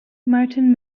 martin